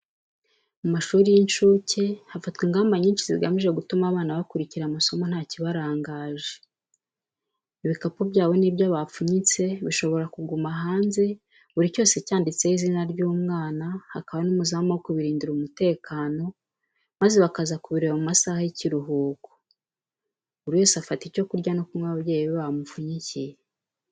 Mu mashuri y'incuke hafatwa ingamba nyinshi zigamije gutuma abana bakurikira amasomo nta kibarangaje, ibikapu byabo n'ibyo bapfunyitse bishobora kuguma hanze, buri cyose cyanditseho izina ry'umwana, hakaba n'umuzamu wo kubirindira umutekano, maze bakaza kubireba mu masaha y'ikiruhuko, buri wese afata icyo kurya no kunywa, ababyeyi bamupfunyikiye.